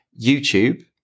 YouTube